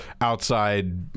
outside